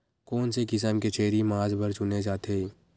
कोन से किसम के छेरी मांस बार चुने जाथे?